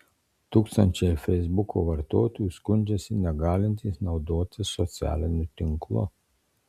tūkstančiai feisbuko vartotojų skundžiasi negalintys naudotis socialiniu tinklu